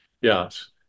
yes